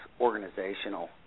organizational